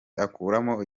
akuramo